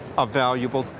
ah valuable.